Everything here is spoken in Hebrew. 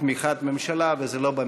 תמיכת ממשלה וזה לא במכסה.